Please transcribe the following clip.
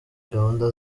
gahunda